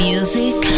Music